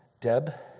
Deb